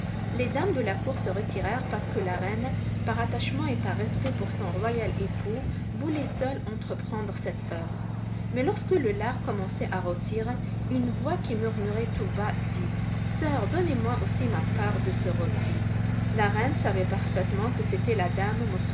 les dames de la cour se retirèrent parce que la reine par attachement et par respect pour son royal époux voulait seule entreprendre cette œuvre mais lorsque le lard commençait à rôtir une voix qui murmurait tout bas dit sœur donnez-moi aussi ma part de ce rôti la reine savait parfaitement que c'était la dame